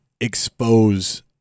expose